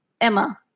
Emma